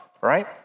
right